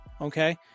Okay